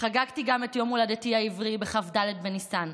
חגגתי גם את יום הולדתי העברי, בכ"ד בניסן,